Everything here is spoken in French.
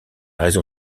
raison